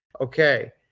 Okay